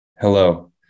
Hello